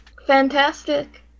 Fantastic